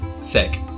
Sick